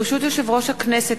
ברשות יושב-ראש הכנסת,